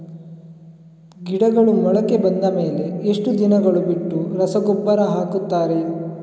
ಗಿಡಗಳು ಮೊಳಕೆ ಬಂದ ಮೇಲೆ ಎಷ್ಟು ದಿನಗಳು ಬಿಟ್ಟು ರಸಗೊಬ್ಬರ ಹಾಕುತ್ತಾರೆ?